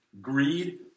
greed